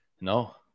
No